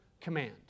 command